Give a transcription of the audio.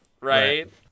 Right